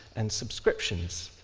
and subscriptions.